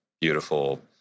beautiful